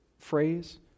Phrase